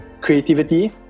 creativity